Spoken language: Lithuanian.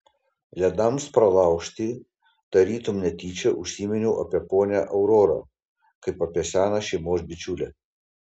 ledams pralaužti tarytum netyčia užsiminiau apie ponią aurorą kaip apie seną šeimos bičiulę